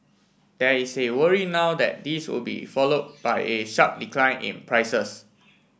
there is a worry now that this would be followed by a sharp decline in prices